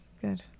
good